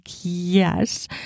yes